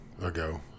ago